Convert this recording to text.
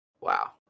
wow